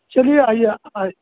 चलिए आइए आज